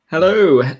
Hello